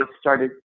started